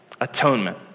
atonement